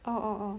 orh orh orh